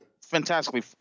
fantastically